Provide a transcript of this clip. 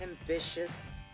Ambitious